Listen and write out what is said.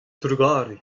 trugarez